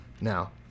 Now